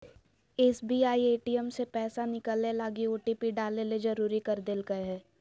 SBI ATM से पैसा निकलैय लगी ओटिपी डाले ले जरुरी कर देल कय हें